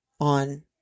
on